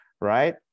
right